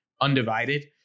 undivided